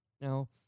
Now